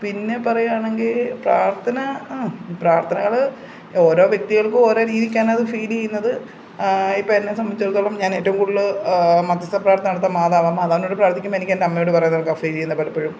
പിന്നെ പറയുകയാണെങ്കിൽ പ്രാർത്ഥന പ്രാർത്ഥനകൾ ഓരോ വ്യക്തികൾക്കും ഓരോ രീതിക്ക് ആണത് ഫീല് ചെയ്യുന്നത് ഇപ്പം എന്നെ സംബന്ധിച്ചിടത്തോളം ഞാൻ ഏറ്റവും കൂടുതൽ മധ്യസ്ഥ പ്രാർത്ഥന നടത്തുക മാതാവാ മാതാവിനോട് പ്രാർത്ഥിക്കുമ്പോൾ എനിക്ക് എൻ്റെ അമ്മയോട് പറയുന്ന കണക്കാ ഫീല് ചെയ്യുന്നത് പലപ്പഴും